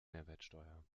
mehrwertsteuer